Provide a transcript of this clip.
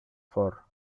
for